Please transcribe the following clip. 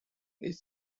each